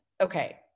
okay